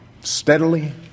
steadily